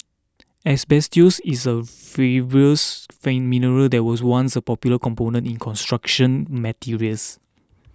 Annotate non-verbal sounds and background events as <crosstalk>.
asbestos is a fibrous <unintelligible> mineral that was once a popular component in construction materials